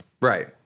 Right